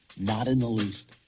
not in the least.